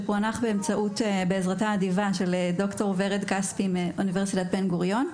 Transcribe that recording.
שפוענח בעזרתה האדיבה של ד"ר ורד כספי מאוניברסיטת בן גוריון,